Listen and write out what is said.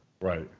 Right